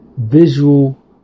Visual